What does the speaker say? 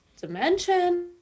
dimension